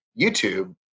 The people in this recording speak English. YouTube